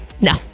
No